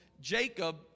Jacob